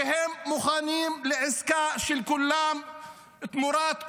שהם מוכנים להעסקה של כולם תמורת כולם,